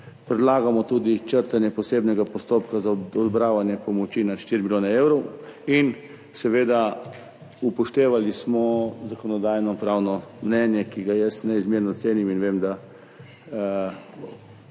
Predlagamo tudi črtanje posebnega postopka za odobravanje pomoči na 4 milijone evrov in seveda smo upoštevali zakonodajno-pravno mnenje, ki ga jaz neizmerno cenim in vem, da